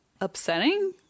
upsetting